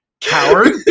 Coward